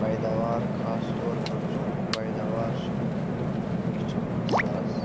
پیداوار خاص طور پَر ژوٗنٛٹھِیُک پیداوار چھُ یہِ چھُ سَرس